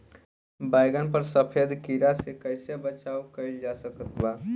बैगन पर सफेद कीड़ा से कैसे बचाव कैल जा सकत बा?